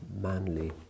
manly